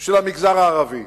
של המגזר הערבי,